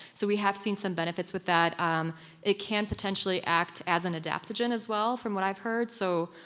so we have seen some benefits with that. um it can potentially act as an adaptogen as well, from what i've heard, so.